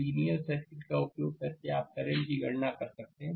linear circuit का उपयोग करके आप करंट की गणना कर सकते हैं